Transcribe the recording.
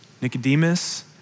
Nicodemus